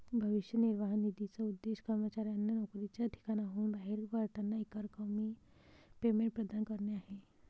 भविष्य निर्वाह निधीचा उद्देश कर्मचाऱ्यांना नोकरीच्या ठिकाणाहून बाहेर पडताना एकरकमी पेमेंट प्रदान करणे आहे